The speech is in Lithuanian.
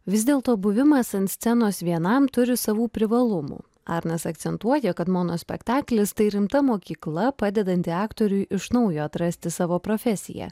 vis dėlto buvimas ant scenos vienam turi savų privalumų arnas akcentuoja kad monospektaklis tai rimta mokykla padedanti aktoriui iš naujo atrasti savo profesiją